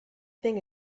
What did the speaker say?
thing